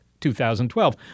2012